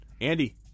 Andy